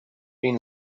been